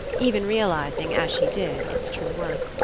even realizing, as she did, its true worth.